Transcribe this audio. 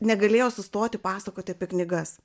negalėjo sustoti pasakoti apie knygas